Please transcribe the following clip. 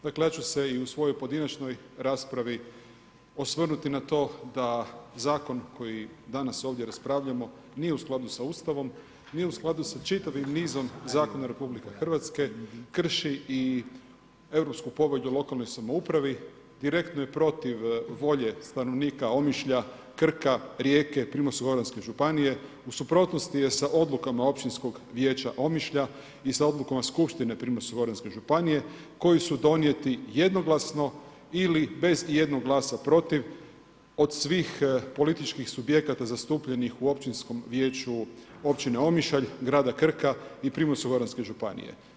Dakle ja ću se i u svojoj pojedinačnoj raspravi osvrnuti na to da zakon koji danas ovdje raspravljamo nije u skladu sa Ustavom, nije u skladu sa čitavim nizom zakona RH, krši i Europsku povelju o lokalnoj samoupravi, direktno je protiv volje stanovnika Omišlja, Krka, Rijeke, primorsko-goranske županije, u suprotnosti je sa odlukama općinskog vijeća Omišlja i sa odlukama skupštine primorsko-goranske županije koji su donijeti jednoglasno ili bez ijednog glasa protiv od svih političkih subjekata zastupljenih u općinskom vijeću općine Omišalj, grada Krka i primorsko-goranske županije.